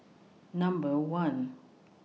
Number one